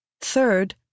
Third